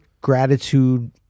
gratitude